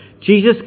Jesus